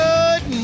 Good